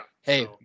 hey